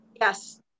Yes